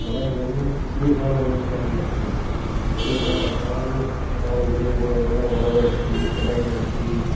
இப்போலாம் என்னனா சிறு கால விவசாயமாக ஆகி போச்சு சிறுகாலம் அப்போலாம் வந்து பாரம்பரிய உணவுகள்லாம் வரகு அரிசி தினை அரிசி